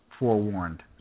Forewarned